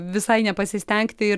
visai nepasistengti ir